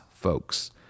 folks